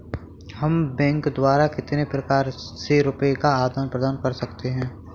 हम बैंक द्वारा कितने प्रकार से रुपये का आदान प्रदान कर सकते हैं?